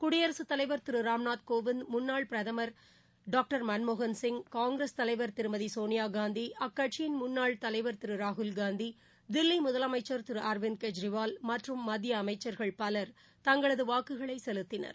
குடியரசுத் தலைவர் திரு ராம்நாத் கோவிந்த் முன்னாள் பிரதமர் டாக்டர் மன்மோகன்சிய் காங்கிரஸ் தலைவர் திருமதி சோனியாகாந்தி அக்கட்சியின் முன்னாள் தலைவர் திரு ராகுல்காந்தி தில்லி முதலமைச்சர் திரு அர்விந்த் கெஜ்ரிவால் மற்றும் மத்திய அமைச்சர்கள் பவர் தங்களது வாக்குகளை செலுத்தினர்